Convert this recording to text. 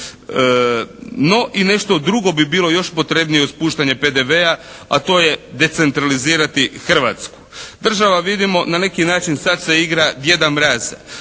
No i nešto drugo bi bilo još potrebnije od spuštanja PDV-a a to je decentralizirati Hrvatsku. Država vidimo na neki način sad se igra "djeda mraza".